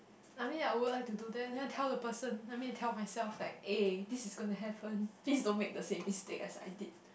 I mean I would like to do that then tell the person I mean tell myself like eh this is going to happen please don't make the same mistake as I did